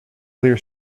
clear